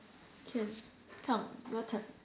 can come your turn